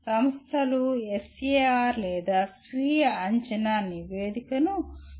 సంస్థలు SAR లేదా స్వీయ అంచనా నివేదికను విభాగం తయారు చేస్తుంది